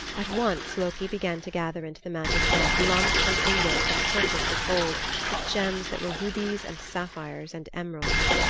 at once loki began to gather into the magic net lumps and ingots and circlets of gold with gems that were rubies and sapphires and emeralds.